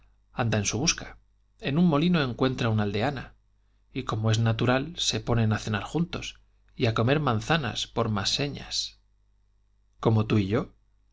anda en su busca en un molino encuentra una aldeana y como es natural se ponen a cenar juntos y a comer manzanas por más señas como tú y yo